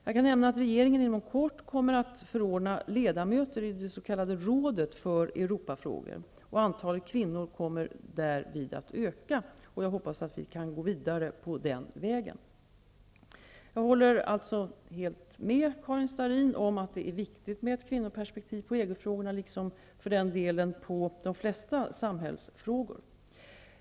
Jag kan nämna att regeringen inom kort kommer att förordna ledamöter i det s.k. rådet för Europafrågor. Antalet kvinnor kommer därvid att öka. Jag hoppas att vi kan gå vidare på den vägen. Jag håller således helt med Karin Starrin om att det är viktigt med ett kvinnoperspektiv på EG frågorna, liksom för den delen på de flesta samhällsfrågor.